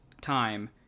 time